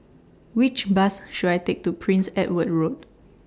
Which Bus should I Take to Prince Edward Road